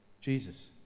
Jesus